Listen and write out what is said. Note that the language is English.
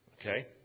okay